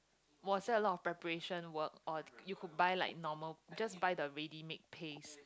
was there a lot of preparation work or you could buy like normal just buy the ready made paste